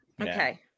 Okay